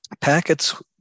packets